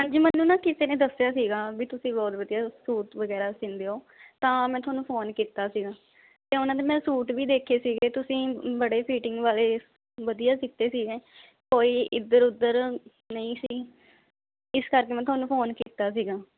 ਹਾਂਜੀ ਮੈਨੂੰ ਨਾ ਕਿਸੇ ਨੇ ਦੱਸਿਆ ਸੀਗਾ ਵੀ ਤੁਸੀਂ ਬਹੁਤ ਵਧੀਆ ਸੂਟ ਵਗੈਰਾ ਸੀਂਦੇ ਹੋ ਤਾਂ ਮੈਂ ਤੁਹਾਨੂੰ ਫ਼ੋਨ ਕੀਤਾ ਸੀਗਾ ਅਤੇ ਉਹਨਾਂ ਦੇ ਮੈਂ ਸੂਟ ਵੀ ਦੇਖੇ ਸੀਗੇ ਤੁਸੀਂ ਬੜੇ ਫਿਟਿੰਗ ਵਾਲੇ ਵਧੀਆ ਸੀਤੇ ਸੀਗੇ ਕੋਈ ਇੱਧਰ ਉੱਧਰ ਨਹੀਂ ਸੀ ਇਸ ਕਰਕੇ ਮੈਂ ਤੁਹਾਨੂੰ ਫ਼ੋਨ ਕੀਤਾ ਸੀਗਾ